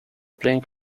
plane